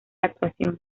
actuación